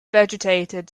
vegetated